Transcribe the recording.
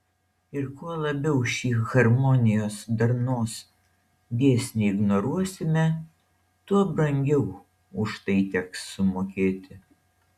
ir kuo labiau šį harmonijos darnos dėsnį ignoruosime tuo brangiau už tai teks sumokėti